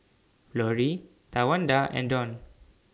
Florie Tawanda and Dawn